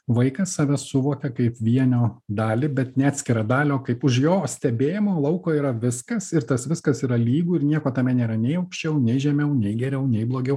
vaikas save suvokia kaip vienio dalį bet ne atskirą dalį o kaip už jo stebėjimo lauko yra viskas ir tas viskas yra lygu ir nieko tame nėra nei aukščiau nei žemiau nei geriau nei blogiau